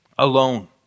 alone